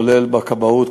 כולל בכבאות,